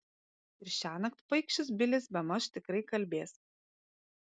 ir šiąnakt paikšis bilis bemaž tikrai kalbės